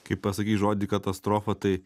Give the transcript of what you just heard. kai pasakei žodį katastrofa tai